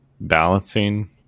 balancing